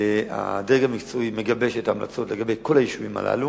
הדרג המקצועי מגבש את ההמלצות לגבי כל היישובים הללו.